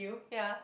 ya